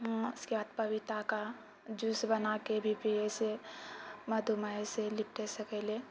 उसके बाद पपीता का जूस बनाके भी पियैसँ मधुमेहसँ निपटि सकैले